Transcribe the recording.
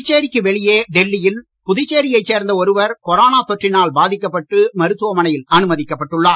புதுச்சேரிக்கு வெளியே டெல்லியில் புதுச்சேரியைச் சேர்ந்த ஒருவர் கொரோனா தொற்றினால் பாதிக்கப் பட்டு மருத்துவமனையில் அனுமதிக்கப் பட்டுள்ளார்